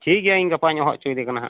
ᱴᱷᱤᱠ ᱜᱮᱭᱟ ᱤᱧ ᱜᱟᱯᱟᱧ ᱦᱚᱦᱚ ᱦᱚᱪᱚᱭᱮᱫᱮ ᱠᱟᱱᱟ ᱱᱟᱦᱟᱜ